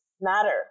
matter